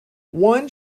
one